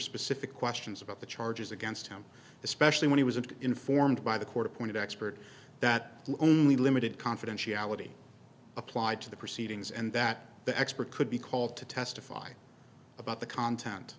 specific questions about the charges against him especially when he wasn't informed by the court appointed expert that only limited confidentiality applied to the proceedings and that the expert could be called to testify about the content